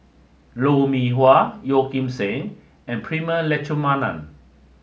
Lou Mee Wah Yeo Kim Seng and Prema Letchumanan